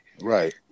Right